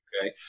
Okay